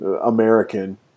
American